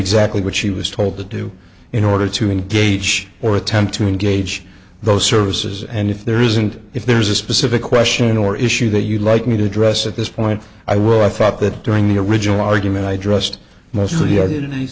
exactly what she was told to do in order to engage or attempt to engage those services and if there isn't if there's a specific question or issue that you'd like me to address at this point i will i thought that during the original argument i dressed mostly